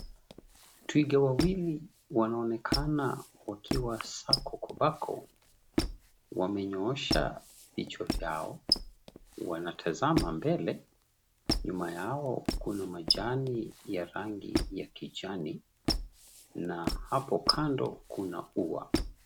Twiga wawili wanaonekana wakiwa sako kwa bako. Wamenyoosha vichwa vyao. Wanatazama mbele. Nyuma yao kuna majani ya rangi ya kijani kibichi na hapo kando kuna ua.